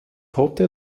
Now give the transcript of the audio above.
hotel